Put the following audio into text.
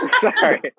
Sorry